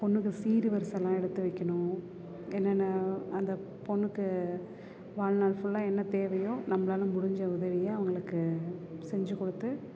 பொண்ணுக்கு சீர் வரிசையெலாம் எடுத்து வைக்கணும் என்னென்ன அந்தப் பொண்ணுக்கு வாழ்நாள் ஃபுல்லாக என்ன தேவையோ நம்மளால முடிஞ்ச உதவியை அவர்களுக்கு செஞ்சு கொடுத்து